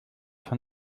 von